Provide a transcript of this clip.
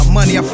money